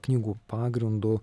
knygų pagrindu